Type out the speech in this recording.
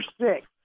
six